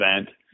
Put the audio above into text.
event